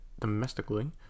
domestically